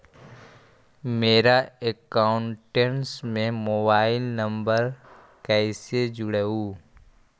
मेरा अकाउंटस में mobile number कैसे जुड़उ?